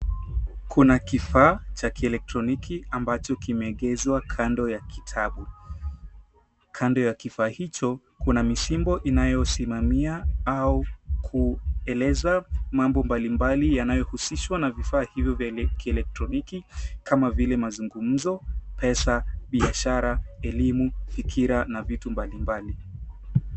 Kuna kifaa cha kielektroniki ambacho kimeegezwa kando ya kitabu. Kando ya kifaa hicho kuna misimbo inayosimamia au kueleza mambo mbalimbali yanayohusishwa na vifaa hivyo vya kielektroniki kama vile mazungumzo, pesa, biashara, elimu, fikira na vitu mbalimbali.